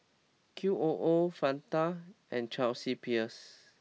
Q O O Fanta and Chelsea Peers